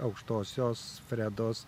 aukštosios fredos